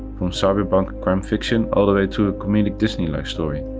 from cyberpunk crime-fiction all the way to a comedic disney-like story.